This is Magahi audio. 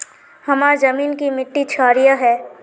हमार जमीन की मिट्टी क्षारीय है?